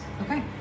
Okay